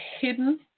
hidden